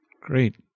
Great